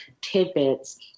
tidbits